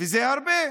וזה הרבה,